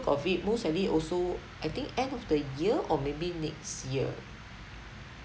of it most likely also I think end of the year or maybe next year